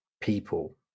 people